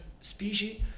species